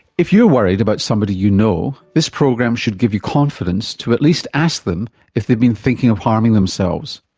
if you're worried about somebody you know, this program should give you confidence to at least ask them if they've been thinking of harming themselves.